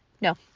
No